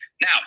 now